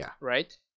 right